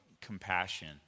compassion